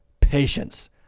patience